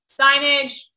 signage